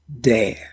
dare